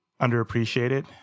underappreciated